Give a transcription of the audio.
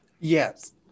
Yes